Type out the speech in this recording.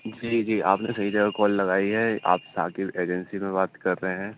جی جی آپ نے صحیح جگہ کال لگائی ہے آپ ثاقب ایجنسی میں بات کر رہے ہیں